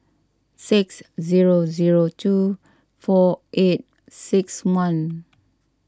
six zero zero two four eight six one